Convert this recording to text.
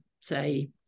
say